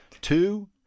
two